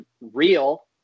real